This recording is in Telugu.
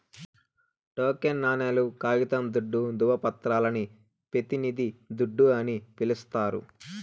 టోకెన్ నాణేలు, కాగితం దుడ్డు, దృవపత్రాలని పెతినిది దుడ్డు అని పిలిస్తారు